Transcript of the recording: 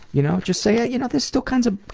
you know? just say, ah you know, this still kind of.